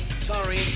Sorry